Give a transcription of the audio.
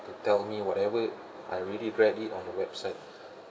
to tell me whatever I already read it on the website